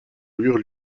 eurent